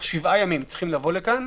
7 ימים צריכות לבוא לכאן.